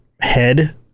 head